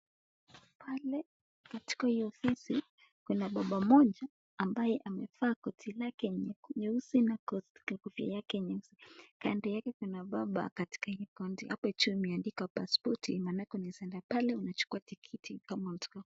Pale katika hii ofisi kuna baba mmoja ambaye amevaa koti lake nyeusi na kofia yake nyeusi. Kando yake kuna baba katika hii kaunti hapa juu imeandikwa paspoti maana unaweza enda pale unajukua tikiti kama unataka.